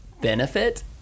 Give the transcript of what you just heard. benefit